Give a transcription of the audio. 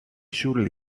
surely